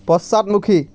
পশ্চাদমুখী